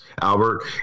Albert